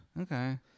Okay